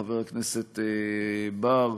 חבר הכנסת בר,